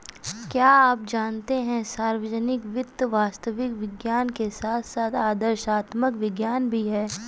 क्या आप जानते है सार्वजनिक वित्त वास्तविक विज्ञान के साथ साथ आदर्शात्मक विज्ञान भी है?